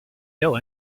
kill